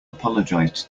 apologized